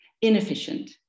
inefficient